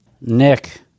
Nick